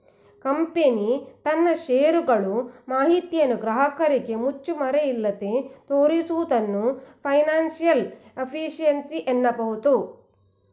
company ತನ್ನ share ಗಳು ಮಾಹಿತಿಯನ್ನು ಗ್ರಾಹಕರಿಗೆ ಮುಚ್ಚುಮರೆಯಿಲ್ಲದೆ ತೋರಿಸುವುದನ್ನು ಫೈನಾನ್ಸಿಯಲ್ ಎಫಿಷಿಯನ್ಸಿ ಅನ್ನಬಹುದು